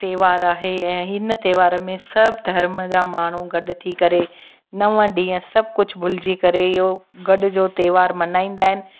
हिकु त्योहार आहे ऐं हिन त्योहार में सभु धर्म जा माण्हू गॾु थी करे नव ॾींहं सभु कुझु भुलिजी करे इहो गॾिजो त्योहार मल्हाईंदा आहिनि